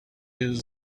this